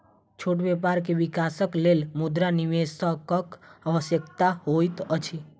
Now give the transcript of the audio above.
छोट व्यापार के विकासक लेल मुद्रा निवेशकक आवश्यकता होइत अछि